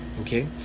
okay